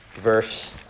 verse